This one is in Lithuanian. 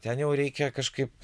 ten jau reikia kažkaip